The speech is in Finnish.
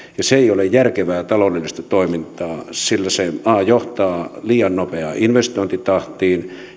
se ei ole järkevää taloudellista toimintaa sillä se a johtaa liian nopeaan investointitahtiin